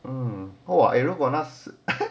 hmm !wah! 如果那